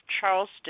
Charleston